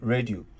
Radio